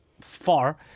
far